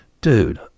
dude